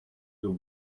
the